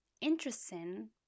interesting